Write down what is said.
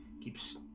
Keeps